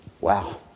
Wow